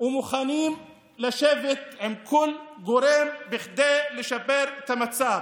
ומוכנים לשבת עם כל גורם כדי לשפר את המצב,